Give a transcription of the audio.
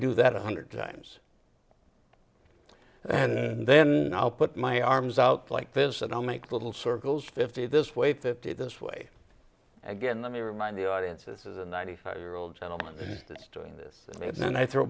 do that one hundred times and then i'll put my arms out like this and i'll make little circles fifty this way fifty this way again let me remind the audience this is a ninety five year old gentleman that's doing this then i thr